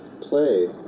play